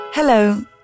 Hello